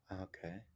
Okay